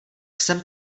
jsem